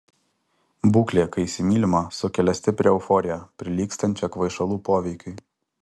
būklė kai įsimylima sukelia stiprią euforiją prilygstančią kvaišalų poveikiui